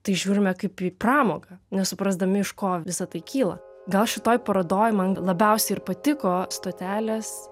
tai žiūrime kaip į pramogą nesuprasdami iš ko visa tai kyla gal šitoj parodoj man labiausiai ir patiko stotelės